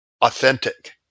authentic